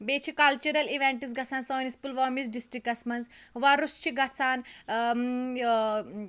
بیٚیہِ چھِ cultural events گَژھان سٲنِس پُلوٲمِس ڈِسٹرکَس مَنٛز وۄرُس چھِ گَژھان